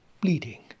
bleeding